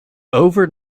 over